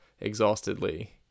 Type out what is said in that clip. exhaustedly